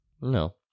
No